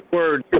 word